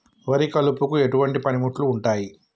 వరి కలుపుకు ఎటువంటి పనిముట్లు ఉంటాయి?